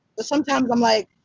but sometimes i'm like.